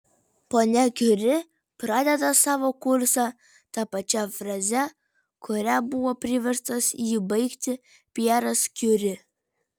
ponia kiuri pradeda savo kursą ta pačia fraze kuria buvo priverstas jį baigti pjeras kiuri